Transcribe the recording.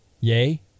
yay